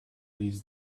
his